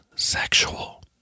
Sexual